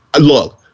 look